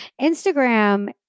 Instagram